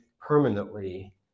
permanently